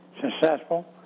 successful